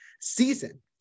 season